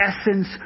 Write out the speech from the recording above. essence